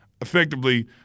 effectively